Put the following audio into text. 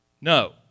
No